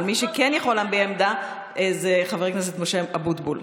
אבל מי שכן יכול להביע עמדה זה חבר הכנסת משה אבוטבול.